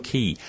Key